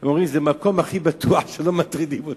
הם אומרים: זה המקום הכי בטוח, שלא מטרידים אותנו.